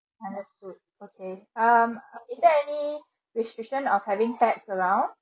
understood okay um is there any restriction of having pets around